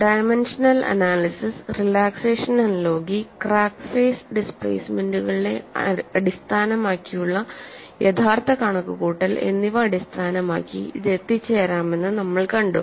dimensional analysis relaxation analogy crack face ഡിസ്പ്ലേസ്മെന്റുകളെ അടിസ്ഥാനമാക്കിയുള്ള യഥാർത്ഥ കണക്കുകൂട്ടൽ എന്നിവ അടിസ്ഥാനമാക്കി ഇത് എത്തിച്ചേരാമെന്ന് നമ്മൾ കണ്ടു